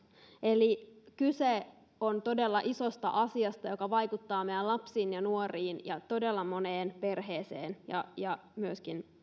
eli kyse on todella isosta asiasta joka vaikuttaa meidän lapsiimme ja nuoriimme ja todella moneen perheeseen ja ja